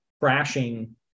crashing